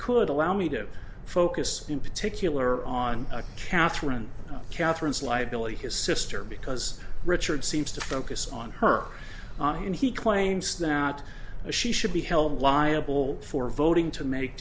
could allow me to focus in particular on catherine catherine's liability his sister because richard seems to focus on her and he claims that she should be held liable for voting to make